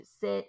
sit